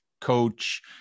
coach